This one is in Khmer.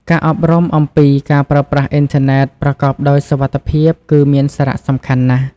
ការអប់រំអំពី ការប្រើប្រាស់អ៊ីនធឺណិតប្រកបដោយសុវត្ថិភាព គឺមានសារៈសំខាន់ណាស់។